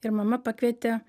ir mama pakvietė